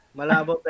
malabo